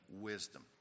wisdom